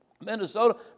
Minnesota